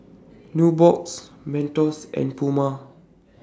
Nubox Mentos and Puma